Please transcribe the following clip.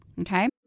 Okay